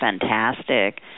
fantastic